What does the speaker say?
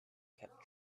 kept